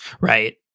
Right